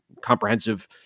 comprehensive